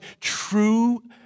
true